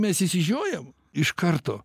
mes išsižiojam iš karto